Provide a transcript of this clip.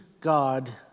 God